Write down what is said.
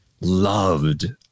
loved